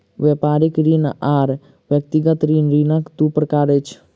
व्यापारिक ऋण आर व्यक्तिगत ऋण, ऋणक दू प्रकार अछि